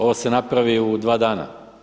Ovo se napravi u dva dana.